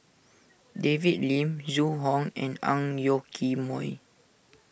David Lim Zhu Hong and Ang Yoke Mooi